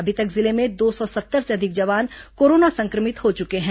अभी तक जिले में दो सौ सत्तर से अधिक जवान कोरोना संक्रमित हो चुके हैं